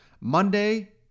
Monday